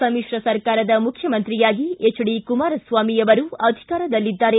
ಸಮಿತ್ರ ಸರ್ಕಾರದ ಮುಖ್ಯಮಂತ್ರಿಯಾಗಿ ಕುಮಾರಸ್ವಾಮಿ ಅವರು ಅಧಿಕಾರದಲ್ಲಿದ್ದಾರೆ